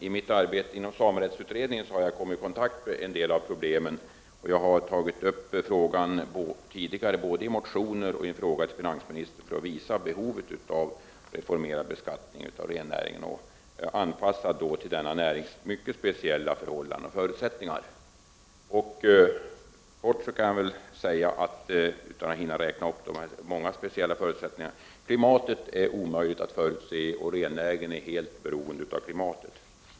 I mitt arbete inom samerättsutredningen har jag kommit i kontakt med en del av problemen. Jag har tagit upp frågan tidigare, både i motioner och i en fråga till finansministern, för att visa behovet av en reformerad beskattning av rennäringen, en beskattning som anpassas till denna närings mycket speciella förhållanden och förutsättningar. Utan att hinna räkna upp de många speciella förutsättningarna kan jag säga att klimatet är omöjligt att förutse, och rennäringen är helt beroende av klimatet.